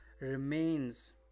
remains